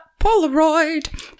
Polaroid